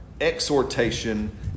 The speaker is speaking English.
exhortation